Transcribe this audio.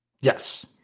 Yes